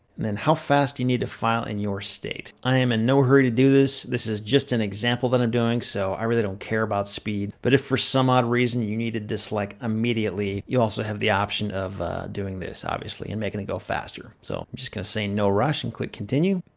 and then how fast do you need to file in your state? i am in and no hurry to do this. this is just an example that i'm doing, so i really don't care about speed. but if for some odd reason, you needed this like, immediately, you also have the option of doing this obviously and making it go faster. so, just gonna say no rush and click continue,